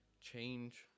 Change